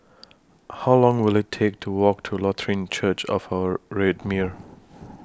How Long Will IT Take to Walk to Lutheran Church of Our Redeemer